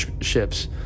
ships